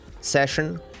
session